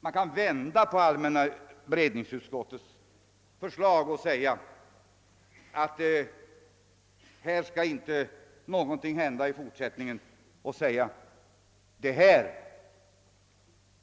Man skulle kunna vända på allmänna beredningsutskottets förslag och säga att här skall ingenting hända i fortsättningen, här